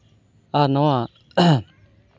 ᱟᱨ ᱱᱚᱣᱟ